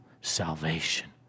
salvation